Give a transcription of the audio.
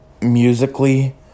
musically